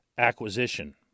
acquisition